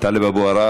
טלב אבו עראר,